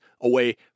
away